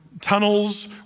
tunnels